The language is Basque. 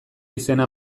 izena